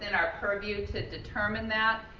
and our purview to determine that.